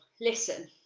Listen